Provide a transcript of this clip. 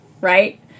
right